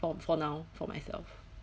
for for now for myself